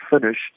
finished